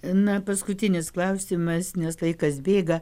na paskutinis klausimas nes laikas bėga